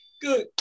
Good